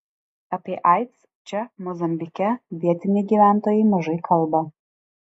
apie aids čia mozambike vietiniai gyventojai mažai kalba